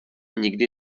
nikdy